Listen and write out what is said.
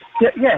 Yes